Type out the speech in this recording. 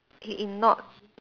he ignored